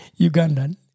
Ugandan